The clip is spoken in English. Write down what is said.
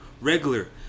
regular